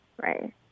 right